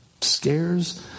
Scares